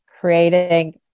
creating